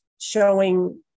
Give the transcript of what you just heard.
showing